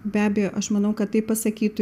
be abejo aš manau kad taip pasakytų